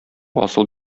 асыл